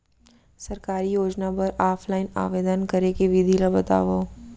सरकारी योजना बर ऑफलाइन आवेदन करे के विधि ला बतावव